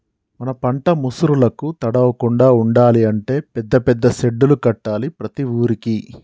మన పంట ముసురులకు తడవకుండా ఉండాలి అంటే పెద్ద పెద్ద సెడ్డులు కట్టాలి ప్రతి ఊరుకి